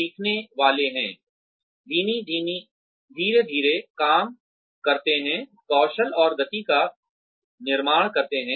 सीखने वाले हैं धीरे धीरे काम करते हैं कौशल और गति का निर्माण करते हैं